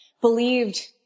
believed